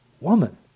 woman